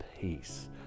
peace